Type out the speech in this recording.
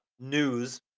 news